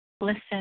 listen